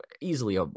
easily